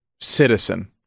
citizen